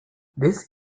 this